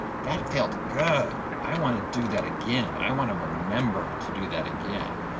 that felt good, i want to do that again, i want to remember to do that again.